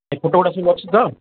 ଏଇ ଫଟୋଗୁଡ଼ାକ ସବୁ ଅଛି ତ